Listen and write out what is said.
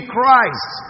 Christ